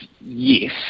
yes